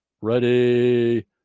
Ready